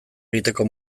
egiteko